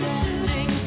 ending